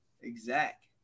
exact